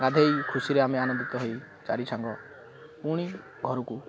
ଗାଧେଇ ଖୁସିରେ ଆମେ ଆନନ୍ଦିତ ହେଇ ଚାରି ସାଙ୍ଗ ପୁଣି ଘରକୁ